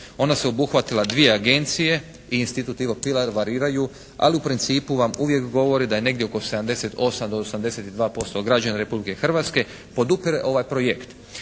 ona su obuhvatila dvije agencije i Institut "Ivo Pilar" variraju. Ali u principu vam uvijek govore da je negdje oko 78 do 82% građana Republike Hrvatske podupire ovaj projekt.